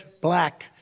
black